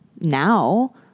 now